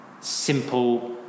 simple